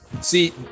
see